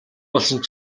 болсон